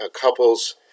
couple's